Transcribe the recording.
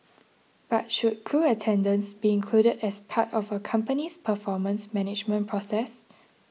but should crew attendance be included as part of a company's performance management process